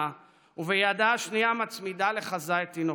ובידה השנייה מצמידה לחזה את תינוקה,